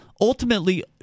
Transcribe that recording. ultimately